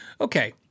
Okay